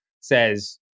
says